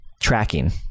tracking